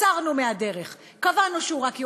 הסרנו אותו מהדרך, קבענו שהוא רק יועץ,